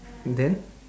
then